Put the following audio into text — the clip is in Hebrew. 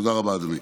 תודה רבה, אדוני.